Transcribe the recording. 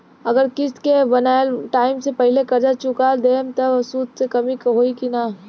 अगर किश्त के बनहाएल टाइम से पहिले कर्जा चुका दहम त सूद मे कमी होई की ना?